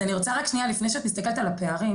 אז אני רוצה רק שנייה לפני שאת מסתכלת על הפערים,